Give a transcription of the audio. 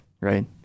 right